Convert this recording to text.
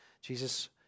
Jesus